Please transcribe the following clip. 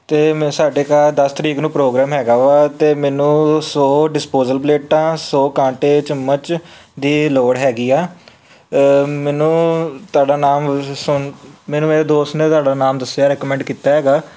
ਅਤੇ ਮੈਂ ਸਾਡੇ ਘਰ ਦਸ ਤਰੀਕ ਨੂੰ ਪ੍ਰੋਗਰਾਮ ਹੈਗਾ ਵਾ ਅਤੇ ਮੈਨੂੰ ਸੌ ਡਿਸਪੋਜਲ ਪਲੇਟਾਂ ਸੌ ਕਾਂਟੇ ਚਮਚ ਦੀ ਲੋੜ ਹੈਗੀ ਆ ਮੈਨੂੰ ਤੁਹਾਡਾ ਨਾਮ ਸੋ ਮੈਨੂੰ ਮੇਰੇ ਦੋਸਤ ਨੇ ਤੁਹਾਡੇ ਨਾਮ ਦੱਸਿਆ ਰੈਕਮੈਂਡ ਕੀਤਾ ਹੈਗਾ